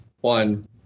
One